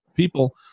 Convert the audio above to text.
people